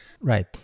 Right